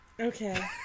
Okay